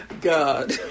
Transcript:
God